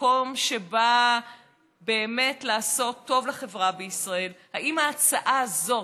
ממקום שבא באמת לעשות טוב לחברה בישראל: ההצעה הזאת,